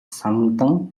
самдан